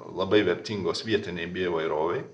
labai vertingos vietinei bioįvairovei